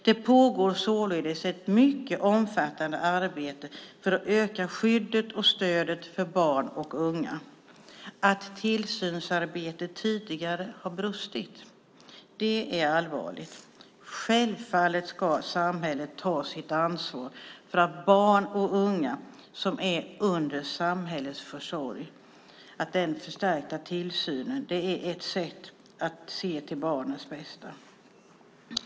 Det pågår således ett mycket omfattande arbete för att öka skyddet och stödet för barn och unga. Att tillsynsarbetet tidigare har brustit är allvarligt. Självfallet ska samhället ta sitt ansvar för barn och unga som är under samhällets försorg. Den förstärkta tillsynen är ett sätt att se till barnens bästa.